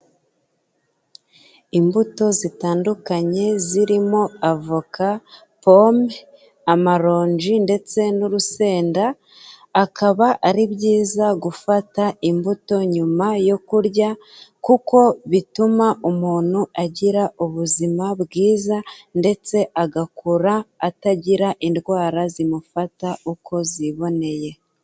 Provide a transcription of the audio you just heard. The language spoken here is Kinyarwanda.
Imbuto zitandukanye zirimo avoka, pome, amaronji ndetse n'urusenda, akaba ari byiza gufata imbuto nyuma yo kurya kuko bituma umuntu agira ubuzima bwiza ndetse agakora atagira indwara zimufata uko ziboneye.